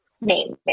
name